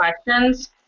questions